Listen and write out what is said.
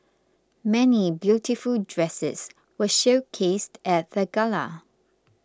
many beautiful dresses were showcased at the gala